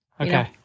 Okay